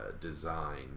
design